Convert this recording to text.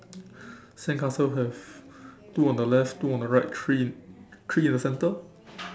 sandcastle have two on the left two on the right three in three in the center